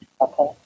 okay